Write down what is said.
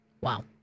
Wow